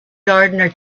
gardener